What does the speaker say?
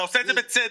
לפטר